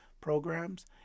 programs